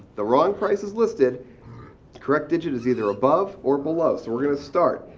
the wrong price is listed. the correct digit is either above or below. so we're going to start.